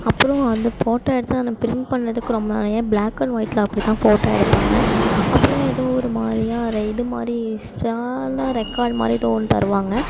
அப்பறம் அந்த போட்டோ எடுத்து அந்த பிரிண்ட் பண்ணிணதுக்கு ரொம்ப நிறைய பிளாக் அண்ட் ஒயிட்டில் அப்படித்தான் ஃபோட்டோ எடுப்பாங்க அப்போல்லாம் ஏதோ ஒரு மாதிரியா இதுமாதிரி ஸ்டாலா ரெக்கார்டு மாதிரி ஏதோ ஒன்று தருவாங்க